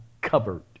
covered